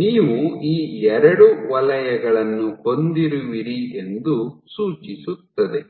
ನೀವು ಈ ಎರಡು ವಲಯಗಳನ್ನು ಹೊಂದಿರುವಿರಿ ಎಂದು ಸೂಚಿಸುತ್ತದೆ